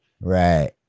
Right